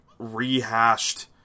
rehashed